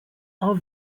are